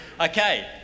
okay